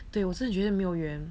对我是觉得没有缘